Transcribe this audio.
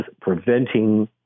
preventing